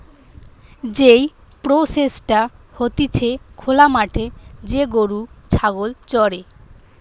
যেই প্রসেসটা হতিছে খোলা মাঠে যে গরু ছাগল চরে